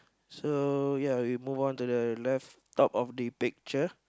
so ya we move on to the left top of the picture